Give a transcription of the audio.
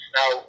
Now